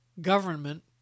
government